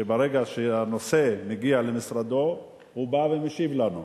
שברגע שהנושא מגיע למשרדו הוא בא ומשיב לנו.